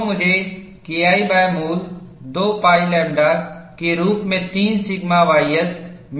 तो मुझे KI मूल 2 pi लैम्ब्डा के रूप में 3 सिग्मा ys मिलता है